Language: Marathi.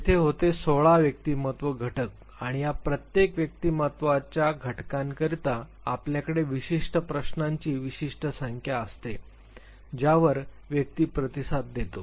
तेथे होते 16 व्यक्तिमत्त्व घटक आणि या प्रत्येक व्यक्तिमत्त्वाच्या घटकांकरिता आपल्याकडे विशिष्ट प्रश्नांची विशिष्ट संख्या असते ज्यावर व्यक्ती प्रतिसाद देतो